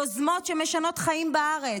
יוזמות שמשנות חיים בארץ,